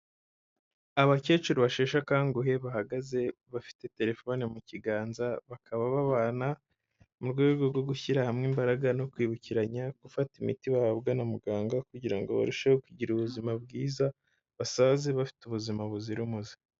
Abakecuru bashesha akanguhe bahagaze bafite telefone mu kiganza bakaba babana mu rwego rwo gushyira hamwe imbaraga no kwibukiranya gufata imiti bahabwa na muganga kugira ngo barusheho kugira ubuzima bwiza basaze bafite ubuzima buzira umuze.